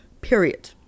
Period